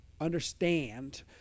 understand